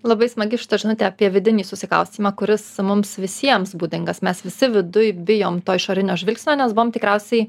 labai smagi šita žinutė apie vidinį susikaustymą kuris mums visiems būdingas mes visi viduj bijom to išorinio žvilgsnio nes buvom tikriausiai